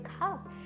cup